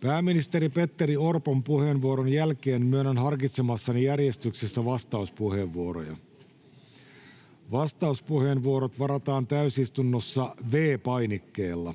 Pääministeri Petteri Orpon puheenvuoron jälkeen myönnän harkitsemassani järjestyksessä vastauspuheenvuoroja. Vastauspuheenvuorot varataan täysistunnossa V-painikkeella.